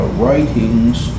writings